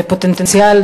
בפוטנציאל,